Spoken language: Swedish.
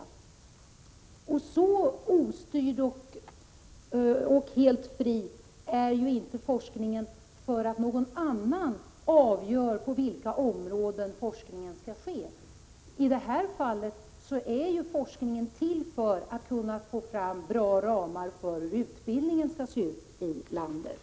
Så — 25 mars 1987 ostyrd och helt fri är ju inte forskningen, då någon annan avgör på vilka Anslag till forskning områden forskningen skall ske. I det här fallet är ju forskningen till för att Zz 5 och centralt utveckman skall få fram bra ramar för hur utbildningen skall se ut i landet.